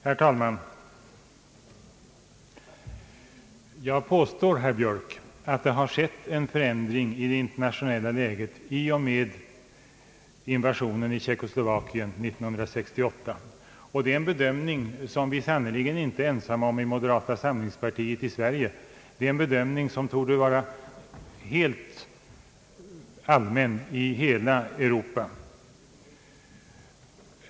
Herr talman! Jag påstår, herr Björk, att det har skett en förändring i det internationella läget i och med invasionen av Tjeckoslovakien 1968. Det är en bedömning som vi sannerligen inte är ensamma om i moderata samlingspartiet i Sverige, det är en bedömning som torde vara allmän i hela Europa.